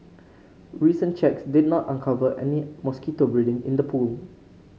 recent checks did not uncover any mosquito breeding in the pool